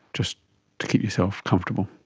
just to keep yourself comfortable.